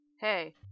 Hey